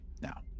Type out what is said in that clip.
Now